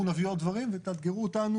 אנחנו נביא עוד דברים ותאתגרו אותנו